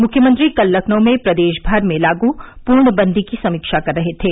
मुख्यमंत्री कल लखनऊ में प्रदेश भर में लागू पूर्णबंदी की समीक्षा कर रहे थे